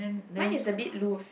mine is a bit loose